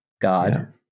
god